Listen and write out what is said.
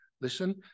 listen